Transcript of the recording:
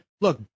look